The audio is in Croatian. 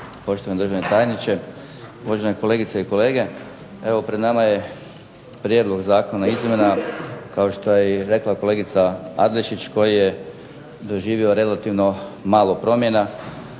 Poštovani državni tajniče, uvažene kolegice i kolege. Evo pred nama je prijedlog zakona o izmjenama, kao što je rekla kolegica Adlešić, koji je doživio relativno malo promjena